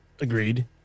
agreed